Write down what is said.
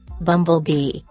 Bumblebee